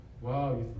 wow